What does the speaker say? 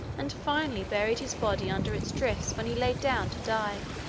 and finally buried his body under its drifts when he laid down to die.